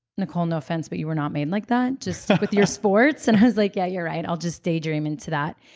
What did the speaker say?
nicole, no offense, but you were not made like that. just stick with your sports, and i was like, yeah, you're right. i'll just daydream into that.